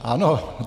Ano!